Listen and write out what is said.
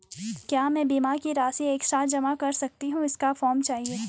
क्या मैं बीमा की राशि एक साथ जमा कर सकती हूँ इसका फॉर्म चाहिए?